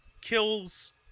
kills